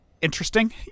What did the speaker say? interesting